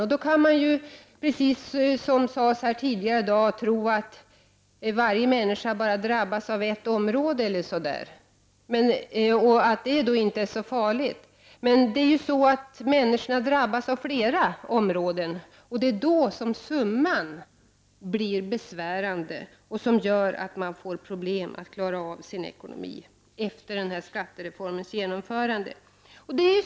Som det tidigare har sagts här i dag kan man tro att varje människa bara drabbas av den höjda momsen på varor eller tjänster inom ett område. Det skulle då inte vara så farligt. Men människorna drabbas av momsen på flera områden. Det är då som summan blir besvärande och gör att vissa får problem att klara sin ekonomi efter skattereformens genomförande.